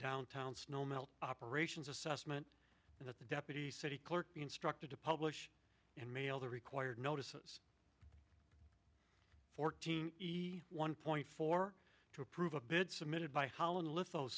downtown snow melt operations assessment that the deputy city clerk instructed to publish and mail the required notices fourteen one point four to approve a bid submitted by holland with those